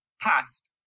past